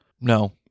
No